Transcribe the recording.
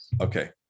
Okay